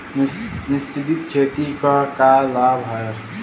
मिश्रित खेती क का लाभ ह?